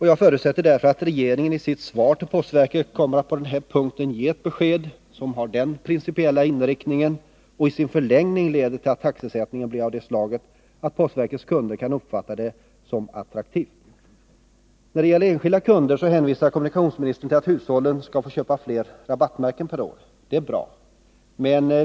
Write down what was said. Jag förutsätter därför att regeringen i sitt svar till postverket på den här punkten ger ett besked som har principiell inriktning och som i sin förlängning leder till att taxesättningen blir av det slaget att postverkets kunder kan uppfatta den som attraktiv. När det gäller enskilda kunder hänvisar kommunikationsministern till att hushållen skall få köpa fler rabattmärken per år. Det är bra.